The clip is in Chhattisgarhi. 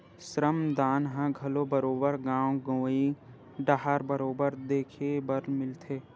श्रम दान ह घलो बरोबर गाँव गंवई डाहर बरोबर देखे बर मिलथे